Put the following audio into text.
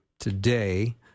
Today